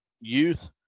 youth